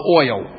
oil